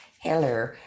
hello